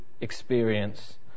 experience